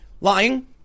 lying